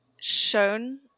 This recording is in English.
shown